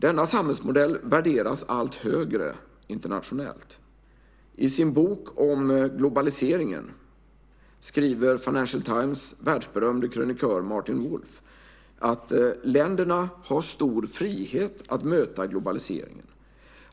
Denna samhällsmodell värderas allt högre internationellt. I sin bok om globaliseringen skriver Financial Times världsberömde krönikör Martin Wolf att länderna har stor frihet att möta globaliseringen.